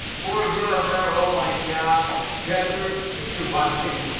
poor jennifer! oh, my gosh! jennifer, if you're watching,